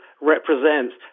represents